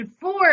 Four